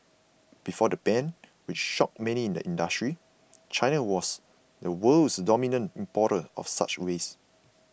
before the ban which shocked many in the industry China was the world's dominant importer of such waste